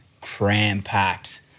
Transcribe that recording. cram-packed